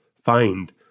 find